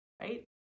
right